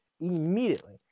immediately